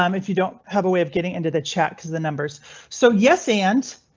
um if you don't have a way of getting into the chat cause the numbers so yes and.